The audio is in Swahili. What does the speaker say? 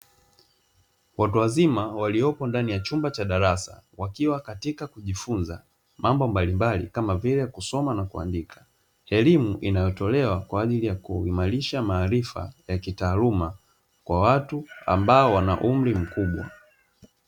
Watu wazima waliopo ndani ya chumba cha darasa, wakiwa katika kujifunza mambo mbalimbali kama vile kusoma na kuandika, elimu inayotolewa kwa ajili ya kuimarisha maarifa ya kitaaluma kwa watu ambao wana umri mkubwa.